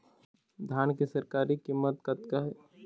धान के सरकारी कीमत कतका हे?